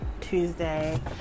Tuesday